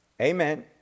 Amen